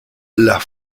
las